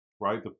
right